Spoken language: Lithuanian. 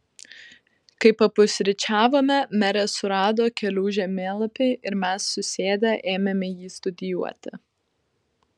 kai papusryčiavome merė surado kelių žemėlapį ir mes susėdę ėmėme jį studijuoti